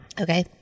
Okay